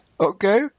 Okay